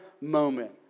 moment